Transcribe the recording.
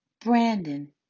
Brandon